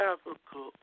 Africa